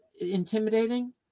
intimidating